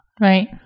right